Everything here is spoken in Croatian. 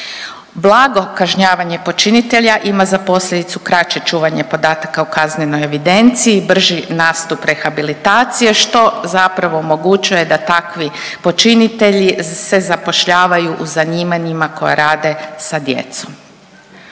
Blago kažnjavanje počinitelja ima za posljedicu kraće čuvanje podataka o kaznenoj evidenciji, brži nastup rehabilitacije, što zapravo omogućuje da takvi počinitelji se zapošljavaju u zanimanjima koja rade sa djecom.